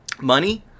Money